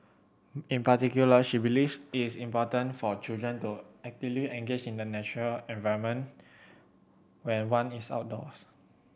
in particular she believes is important for children to actively engage with the natural environment when one is outdoors